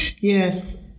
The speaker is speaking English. yes